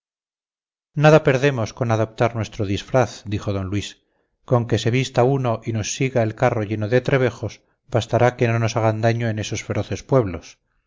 nada perdemos con adoptar nuestro disfraz dijo d luis con que se vista uno y nos siga el carro lleno de trebejos bastará para que no nos hagan daño en esos feroces pueblos